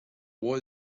what